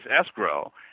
escrow